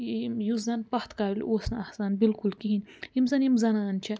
ییٚمۍ یُس زن پتھ کالہِ اوس نہٕ آسان بلکُل کِہیٖنۍ یِم زن یِم زنانہٕ چھِ